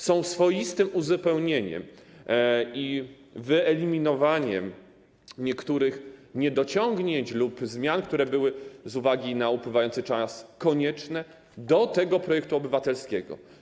Są swoistym uzupełnieniem i wyeliminowaniem niektórych niedociągnięć lub są to zmiany, które były z uwagi na upływający czas konieczne dla tego projektu obywatelskiego.